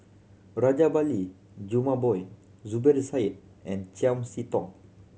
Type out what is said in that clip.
Rajabali Jumabhoy Zubir Said and Chiam See Tong